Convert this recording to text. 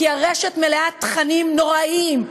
כי הרשת מלאה תכנים נוראיים,